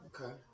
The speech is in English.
Okay